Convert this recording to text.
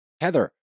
Heather